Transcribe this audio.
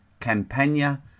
Campania